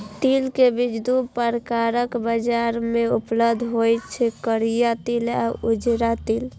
तिल के बीज दू प्रकारक बाजार मे उपलब्ध होइ छै, करिया तिल आ उजरा तिल